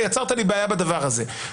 יצרת לי בעיה בדבר הזה.